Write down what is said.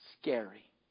Scary